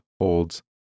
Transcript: holds